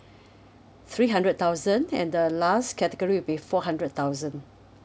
three hundred thousand and the last category will be four hundred thousand